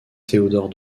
théodore